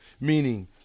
meaning –